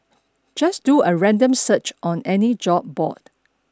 just do a random search on any job board